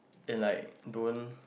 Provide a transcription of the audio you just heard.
is like don't